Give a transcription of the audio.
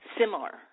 similar